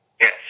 yes